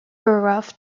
burroughs